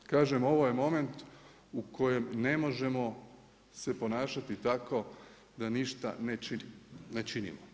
Kažem ovo je moment u kojem ne možemo se ponašati tako da ništa ne činimo.